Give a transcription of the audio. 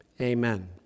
amen